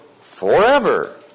forever